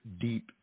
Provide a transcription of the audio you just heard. deep